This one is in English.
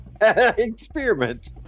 Experiment